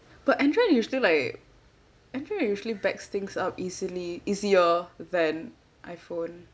but android usually like android usually backs things up easily easier then I_phone